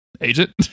agent